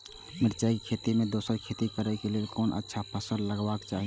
मिरचाई के खेती मे दोसर खेती करे क लेल कोन अच्छा फसल लगवाक चाहिँ?